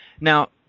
Now